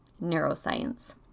neuroscience